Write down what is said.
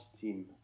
team